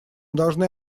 должны